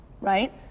Right